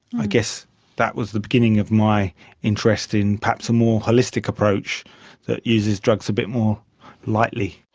i guess that was the beginning of my interest in perhaps a more holistic approach that uses drugs a bit more lightly.